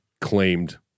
claimed